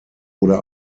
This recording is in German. oder